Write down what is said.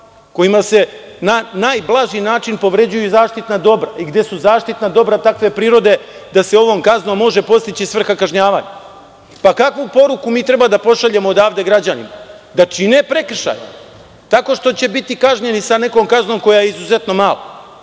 kojima se na najblaži način povređuju zaštitna dobra i gde su zaštitna dobra takve prirode da se ovom kaznom može postići svrha kažnjavanja. Pa, kakvu poruku mi treba da pošaljemo odavde građanima? Da čine prekršaje, tako što će biti kažnjeni sa nekom kaznom koja je izuzetno mala?